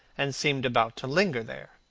and seemed about to linger there.